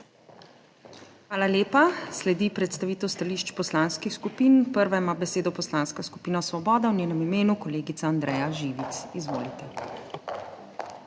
Hvala lepa. Sledi predstavitev stališč poslanskih skupin. Prva ima besedo Poslanska skupina Svoboda, v njenem imenu kolegica Andreja Živic. Izvolite.